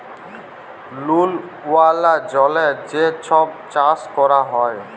লুল ওয়ালা জলে যে ছব চাষ ক্যরা হ্যয়